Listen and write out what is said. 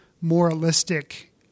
moralistic